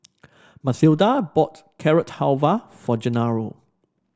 Matilda bought Carrot Halwa for Genaro